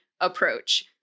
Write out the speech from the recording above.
approach